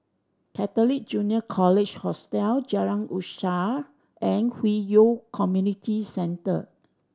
Catholic Junior College Hostel Jalan Usaha and Hwi Yoh Community Center